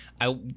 I-